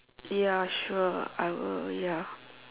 ya sure I will ya